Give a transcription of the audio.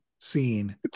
scene